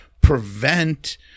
prevent